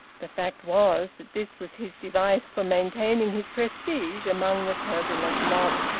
the fact was that this was his device for maintaining his prestige among the turbulent mob.